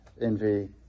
envy